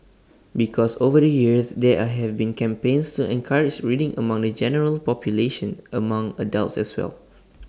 because over the years there have been campaigns to encourage reading among the general population among adults as well